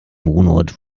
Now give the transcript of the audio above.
wohnort